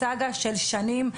סאגה של שנים.